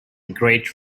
great